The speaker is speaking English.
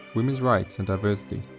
women's rights and diversity.